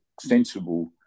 sensible